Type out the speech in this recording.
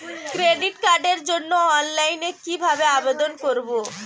Credit কার্ডের জন্য অনলাইনে কিভাবে আবেদন করব?